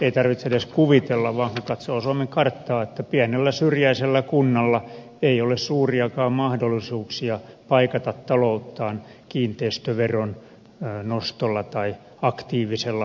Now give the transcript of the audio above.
ei tarvitse edes kuvitella vaan kun katsoo suomen karttaa huomaa että pienellä syrjäisellä kunnalla ei ole suuriakaan mahdollisuuksia paikata talouttaan kiinteistöveron nostolla tai aktiivisella elinkeinopolitiikalla